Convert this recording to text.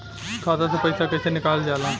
खाता से पैसा कइसे निकालल जाला?